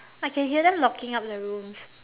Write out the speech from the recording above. I can hear them locking up the rooms